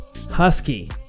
Husky